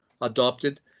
adopted